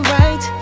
right